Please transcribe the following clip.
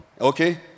okay